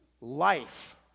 life